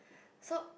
so